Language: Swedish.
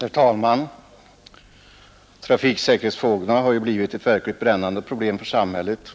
Herr talman! Trafiksäkerhetsfrågorna har ju blivit ett verkligt brännande problem för samhället,